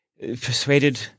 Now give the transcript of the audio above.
persuaded